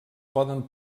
poden